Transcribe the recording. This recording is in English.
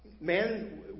Man